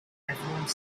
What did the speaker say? everyone